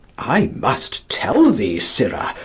i must tell thee, sirrah,